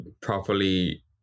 properly